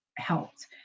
helped